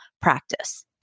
practice